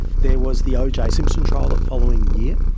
there was the oj simpson trial the following year,